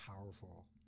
powerful